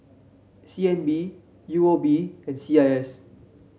C N B U O B and C I S